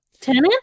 Tenant